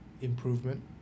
Improvement